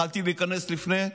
יכולתי להיכנס לפני כן,